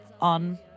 on